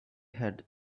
had